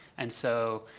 and so,